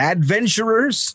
Adventurers